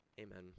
Amen